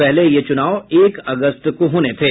पहले यह चुनाव एक अगस्त को होने थे